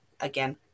again